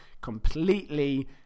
completely